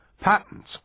patents